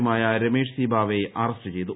യുമായ രമേഷ് സി ബാവയെ അറസ്റ്റ് ചെയ്തു